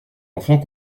enfants